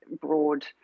broad